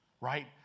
right